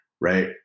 right